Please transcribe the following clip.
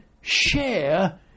share